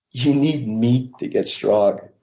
you need meat to get strong.